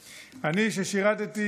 אני לא יהודי מספיק טוב לדעתכם?